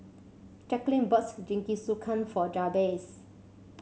Jacquelyn bought Jingisukan for Jabez